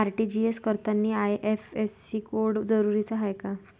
RTGS करतांनी IFSC code जरुरीचा हाय का?